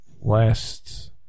last